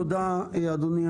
תודה, אדוני.